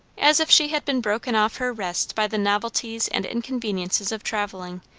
as if she had been broken off her rest by the novelties and inconveniences of travelling,